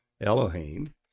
Elohim